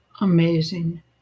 Amazing